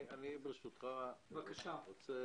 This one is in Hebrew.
אני מבקש